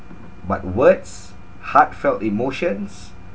but words heartfelt emotions